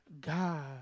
God